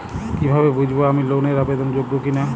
কীভাবে বুঝব আমি লোন এর আবেদন যোগ্য কিনা?